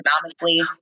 economically